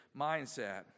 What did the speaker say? mindset